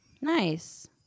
Nice